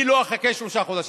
אני לא אחכה שלושה חודשים.